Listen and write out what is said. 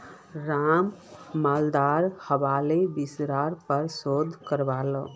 राम मालदार हवार विषयर् पर शोध करील